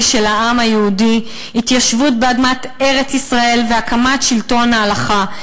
של העם היהודי: התיישבות באדמת ארץ-ישראל והקמת שלטון ההלכה.